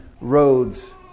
roads